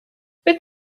der